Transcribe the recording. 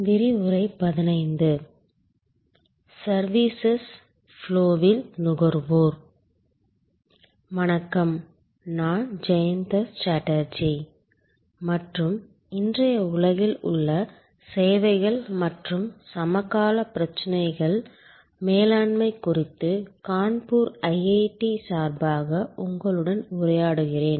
வணக்கம் நான் ஜெயந்த சாட்டர்ஜி மற்றும் இன்றைய உலகில் உள்ள சேவைகள் மற்றும் சமகால பிரச்சனைகள் மேலாண்மை குறித்து கான்பூர் ஐஐடி சார்பாக உங்களுடன் உரையாடுகிறேன்